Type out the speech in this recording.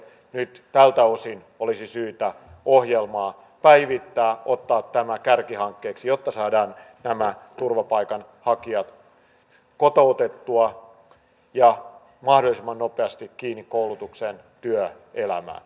nyt tältä osin olisi syytä ohjelmaa päivittää ottaa tämä kärkihankkeeksi jotta saadaan turvapaikanhakijat kotoutettua ja mahdollisimman nopeasti kiinni koulutukseen ja työelämään